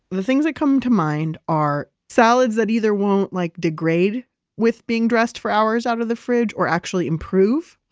the things that come to mind are salads that either won't like degrade with being dressed for hours out of the fridge or actually improve.